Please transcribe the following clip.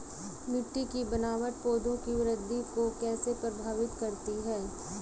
मिट्टी की बनावट पौधों की वृद्धि को कैसे प्रभावित करती है?